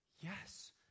Yes